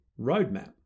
roadmap